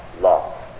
law